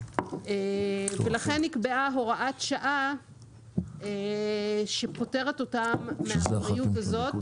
לכן נקבעה הוראת שעה שפוטרת אותם מהאחריות הזאת